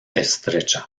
estrecha